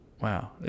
Wow